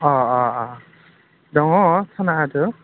अ अ अ दङ खोनादों